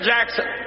Jackson